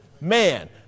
Man